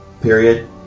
period